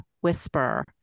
whisper